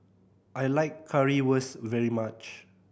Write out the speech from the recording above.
I like Currywurst very much